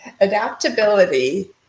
adaptability